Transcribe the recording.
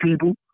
people